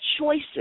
choices